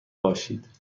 باشید